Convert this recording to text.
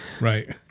Right